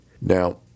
Now